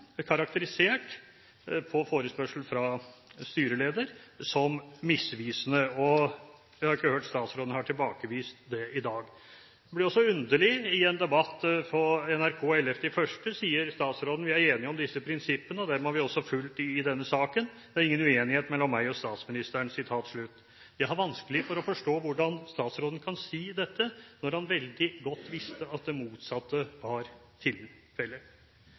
ikke hørt at statsråden har tilbakevist det i dag. Dette blir også underlig: I en debatt på NRK 11. januar sa statsråden: Vi er enige om disse prinsippene, og dem har vi også fulgt i denne saken. Det er ingen uenighet mellom meg og statsministeren. Jeg har vanskelig for å forstå hvordan statsråden kunne si dette, når han veldig godt visste at det motsatte var